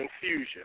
confusion